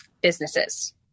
businesses